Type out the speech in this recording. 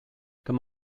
come